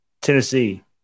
Tennessee